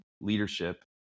leadership